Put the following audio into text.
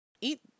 eat